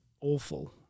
awful